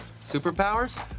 Superpowers